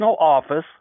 nationaloffice